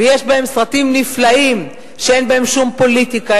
ויש בהם סרטים נפלאים שאין בהם שום פוליטיקה,